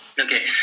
Okay